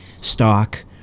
stock